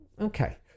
Okay